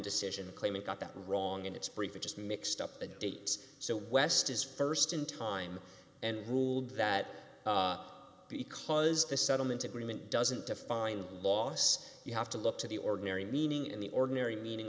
decision claimant got that wrong in its brief it just mixed up the dates so west is st in time and ruled that the because the settlement agreement doesn't define loss you have to look to the ordinary meaning in the ordinary meaning